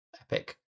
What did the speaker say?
Epic